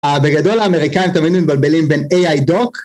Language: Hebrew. בגדול האמריקאים תמיד מתבלבלים בין איי-איי-דוק